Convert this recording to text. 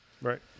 Right